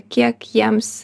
kiek jiems